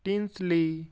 Tinsley